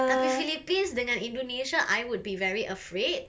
tapi philippines dengan indonesia I would be very afraid